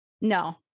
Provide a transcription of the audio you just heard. no